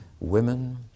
women